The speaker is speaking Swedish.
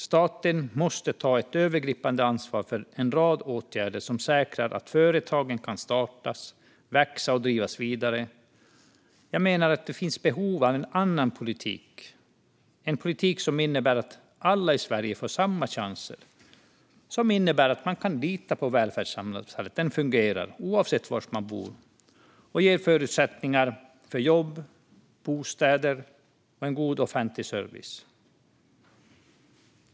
Staten måste ta ett övergripande ansvar för en rad åtgärder som säkrar att företag kan startas, växa och drivas vidare. Jag menar att det finns behov av en annan politik, en politik som innebär att alla i Sverige får samma chanser, att man kan lita på att välfärdssamhället fungerar oavsett var man bor och att det ger förutsättningar för jobb, bostäder och god offentlig service.